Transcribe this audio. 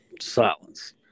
Silence